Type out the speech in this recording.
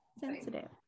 Sensitive